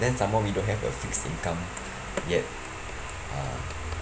then some more we don't have a fixed income yet ah